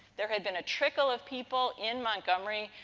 there had been a trickle of people in montgomery,